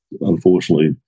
unfortunately